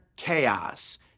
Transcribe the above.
Chaos